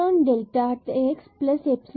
delta x epsilon 2